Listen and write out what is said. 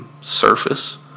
surface